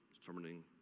determining